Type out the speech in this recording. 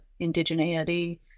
indigeneity